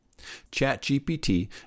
ChatGPT